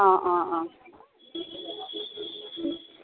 অ অ অ